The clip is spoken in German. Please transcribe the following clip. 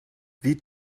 wie